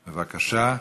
בבקשה.